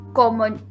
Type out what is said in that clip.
common